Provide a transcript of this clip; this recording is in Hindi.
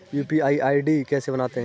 यू.पी.आई आई.डी कैसे बनाते हैं?